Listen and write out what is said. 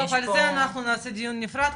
טוב על זה אנחנו נעשה דיון נפרד,